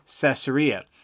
Caesarea